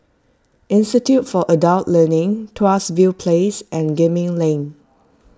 Institute for Adult Learning Tuas View Place and Gemmill Lane